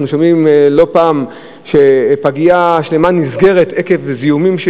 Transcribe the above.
אנחנו שומעים לא פעם שפגייה שלמה נסגרת עקב זיהומים.